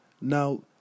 Now